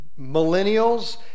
Millennials